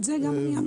את זה גם אני אמרתי.